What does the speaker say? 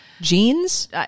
Jeans